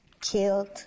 killed